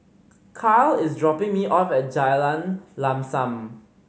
Karyl is dropping me off at Jalan Lam Sam